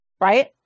right